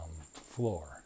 floor